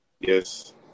Yes